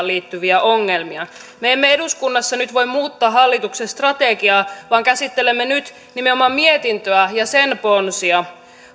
liittyviä ongelmia me emme eduskunnassa nyt voi muuttaa hallituksen strategiaa vaan käsittelemme nyt nimenomaan mietintöä ja sen ponsia